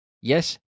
Yes